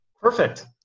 Perfect